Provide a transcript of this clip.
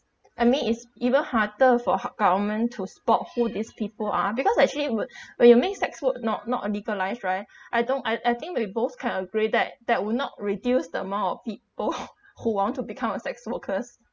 I mean is even harder for ha~ government to spot who these people are because actually it would when you make sex work not not a legalised right I don't I I think we both can agree that that would not reduce the amount of people who want to become a sex workers